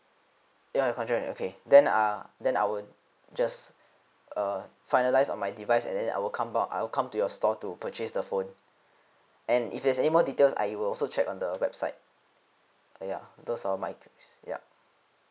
ya with contract and correct okay then uh then I will just err finalise on my device and then I will come out I will come to your store to purchase the phone and if there's any more details I will also check on the website uh ya those are my queries ya